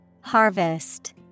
Harvest